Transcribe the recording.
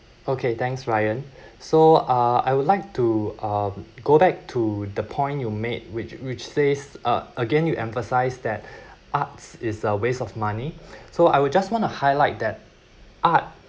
okay thanks ryan so uh I would like to uh go back to the point you made which which says uh a~ again you emphasise that arts is a waste of money so I would just want to highlight that art